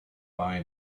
buy